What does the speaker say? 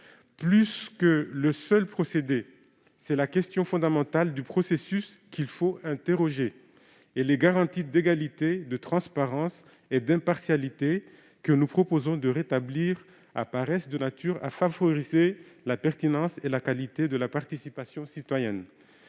Au-delà du procédé, c'est la question fondamentale du processus qu'il faut poser. Les garanties d'égalité, de transparence et d'impartialité que nous proposons de rétablir apparaissent de nature à favoriser la pertinence et la qualité de la participation citoyenne.